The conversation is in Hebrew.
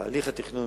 תהליך התכנון,